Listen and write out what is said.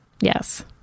Yes